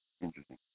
Interesting